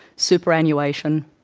superannuation,